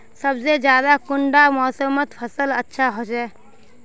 सबसे ज्यादा कुंडा मोसमोत फसल अच्छा होचे?